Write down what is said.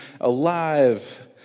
alive